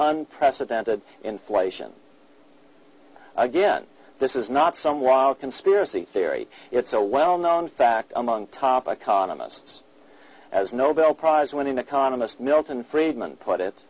unprecedented inflation again this is not some wild conspiracy theory it's a well known fact among top economists as nobel prize winning economist milton friedman put